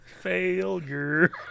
failure